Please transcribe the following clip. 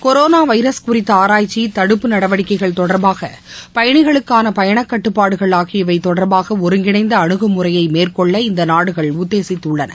corona virus குறித்த ஆராய்ச்சி தடுப்பு நடவடிக்கைகள் பயனிகளுக்கான பயன கட்டுப்பாடுகள் ஆகியவை தொடர்பாக ஒருங்கிணைந்த அனுகுமுறையை மேற்கொள்ள இந்த நாடுகள் உத்தேசித்துள்ளன